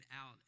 out